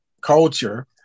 culture